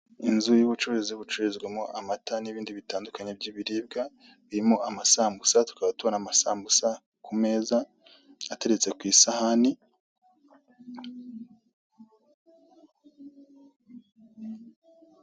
Inzu y'ubucuruzi bucururizwamo amata n'ibindi bitandukanye by'ibiribwa birimo amasambusa, tukaba tubona amasambusa ku meza ateretse ku isahani.